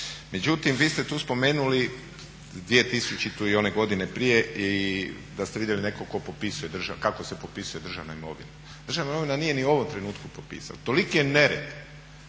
Međutim, vi ste tu spomenuli 2000. i one godine prije i da ste vidjeli nekog tko popisuje, kako se popisuje državna imovina. Državna imovina nije ni u ovom trenutku popisana. Toliki je nered